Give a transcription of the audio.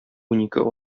унике